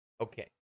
Okay